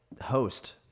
host